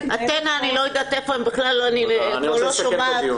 אתנה, אני לא יודעת איפה הם בכלל, אני לא שומעת.